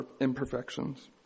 imperfections